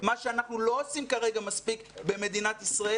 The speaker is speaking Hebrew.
מה שאנחנו לא עושים כרגע מספיק במדינת ישראל